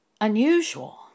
unusual